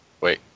Wait